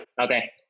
Okay